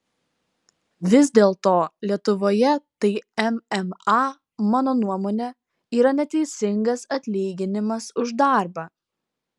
vis dėlto lietuvoje tai mma mano nuomone yra neteisingas atlyginimas už darbą